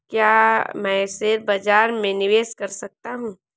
क्या मैं शेयर बाज़ार में निवेश कर सकता हूँ?